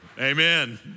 Amen